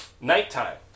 nighttime